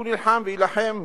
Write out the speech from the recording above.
והוא נלחם ויילחם,